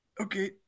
Okay